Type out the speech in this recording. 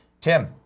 Tim